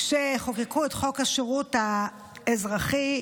כשחוקקו את חוק השירות האזרחי,